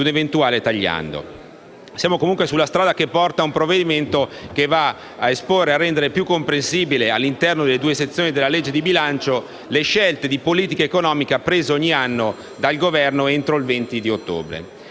un eventuale tagliando. Siamo comunque sulla strada che porta a un provvedimento che va a esporre e rendere più comprensibile, all'interno delle due sezioni della legge di bilancio, le scelte di politica economica prese ogni anno dal Governo, entro il 20 di ottobre.